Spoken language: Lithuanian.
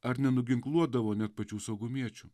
ar nenuginkluodavo net pačių saugumiečių